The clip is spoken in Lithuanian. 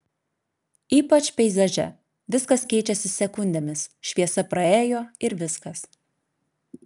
ypač peizaže viskas keičiasi sekundėmis šviesa praėjo ir viskas